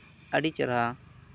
ᱟᱹᱰᱤ ᱪᱮᱨᱦᱟ